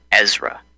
Ezra